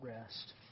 rest